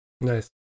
Nice